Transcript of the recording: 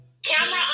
Camera